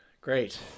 Great